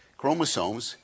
chromosomes